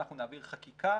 אנחנו נעביר חקיקה